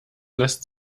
lässt